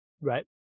Right